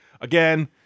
again